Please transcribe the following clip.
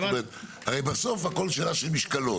הרי בסוף הכול שאלה של משקלות.